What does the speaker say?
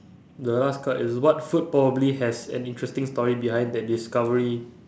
the last card is what food probably has an interesting story behind that discovery